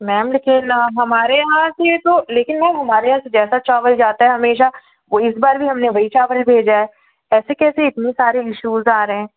ma'am लेकिन हमारे यहाँ से तो लेकिन मैम हमारे यहाँ से जैसा चावल जाता है हमेशा वो इस बार भी हमने वही चावल भेजा है ऐसे कैसे इतने सारे इश्यूज़ आ रहे हैं